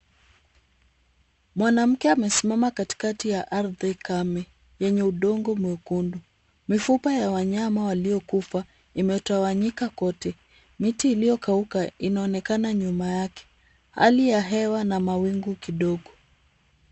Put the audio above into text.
Mwanamke amesimama katikati ya ardhi kame, yenye udongo mwekundu. Mifupa ya wanyama waliokufa imetawanyika kote. Miti iliyokauka inaonekana nyuma yake, hali ya hewa na mawingu kidogo.